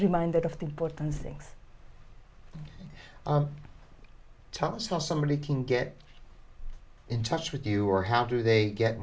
reminded of the important things tom so somebody can get in touch with you or how do they get